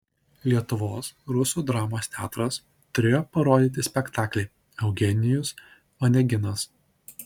lietuvos rusų dramos teatras turėjo parodyti spektaklį eugenijus oneginas